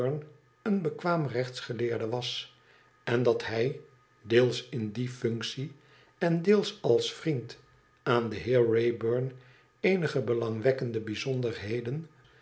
een bekwaam rechtsgeleerde was en dat hij deels in die functie en deels als vriend aan den heer wraybum eenige belangwekkende bijzonderheden